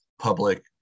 public